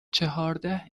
چهارده